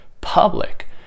public